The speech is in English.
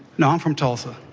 no, i'm from tulsa.